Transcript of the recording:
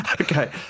Okay